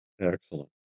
Excellent